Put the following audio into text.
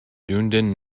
dunedin